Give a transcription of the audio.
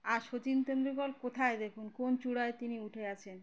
আর শচীন তেন্ডুলকর কোথায় দেখুন কোন চূড়ায় তিনি উঠে আছেন